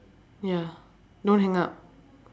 ya don't hang up